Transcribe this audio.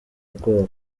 ubwoba